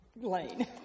Lane